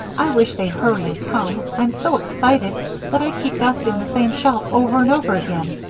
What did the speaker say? i wish they'd hurry and come i'm so excited that i keep dusting the same shelf over and over again.